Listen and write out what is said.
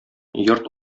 йорт